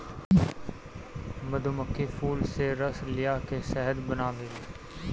मधुमक्खी फूल से रस लिया के शहद बनावेले